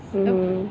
mmhmm